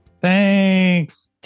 Thanks